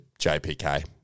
JPK